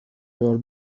your